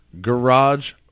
garage